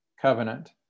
covenant